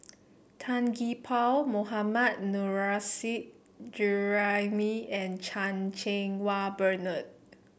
Tan Gee Paw Mohammad Nurrasyid Juraimi and Chan Cheng Wah Bernard